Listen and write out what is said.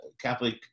Catholic